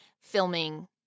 filming